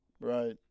Right